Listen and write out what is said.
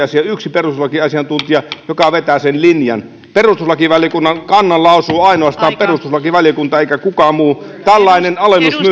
perustuslakiasiantuntija joka vetää sen linjan perustuslakivaliokunnan kannan lausuu ainoastaan perustuslakivaliokunta eikä kukaan muu tällainen